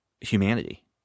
humanity